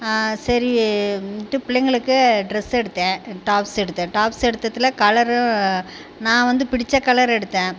சரின்ட்டு பிள்ளைங்களுக்கு ட்ரஸ் எடுத்தேன் டாப்ஸ் எடுத்தேன் டாப்ஸ் எடுத்ததில் கலரும் நான் வந்து பிடித்த கலர் எடுத்தேன்